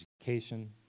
education